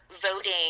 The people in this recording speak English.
voting